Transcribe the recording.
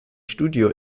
studio